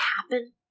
happen